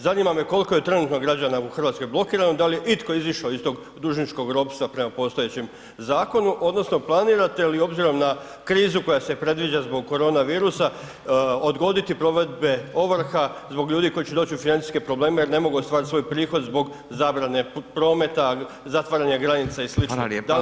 Zanima me koliko je trenutno građana u Hrvatskoj blokirano, da li je itko izašao iz tog dužničkog ropstva prema postojećem zakonu odnosno planirate li obzirom na krizu koja se predviđa zbog korona virusa odgoditi provedbe ovrha zbog ljudi koji će doći u financijske probleme jer ne mogu ostvariti svoj prihod zbog zabrane prometa, zatvaranja granica i sl., da li Vlada išta radi na tome?